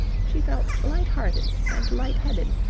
she felt light-hearted and light-headed,